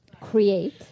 create